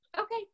Okay